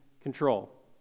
control